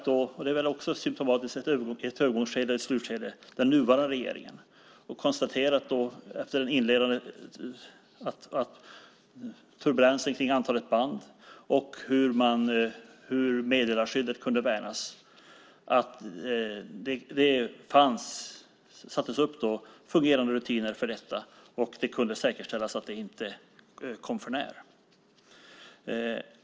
Det är också symtomatiskt att i genomgångens slutskede har av den nuvarande regeringen, efter den inledande turbulensen kring antalet band och hur meddelarskyddet kunde värnas, satts upp fungerande rutiner för detta. Det kunde säkerställas att det inte kom för när.